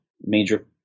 major